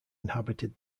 inhabited